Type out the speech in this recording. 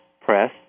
Press